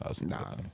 Nah